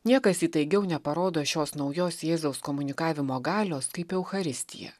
niekas įtaigiau neparodo šios naujos jėzaus komunikavimo galios kaip eucharistija